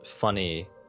funny